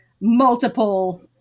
multiple